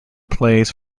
plays